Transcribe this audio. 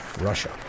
Russia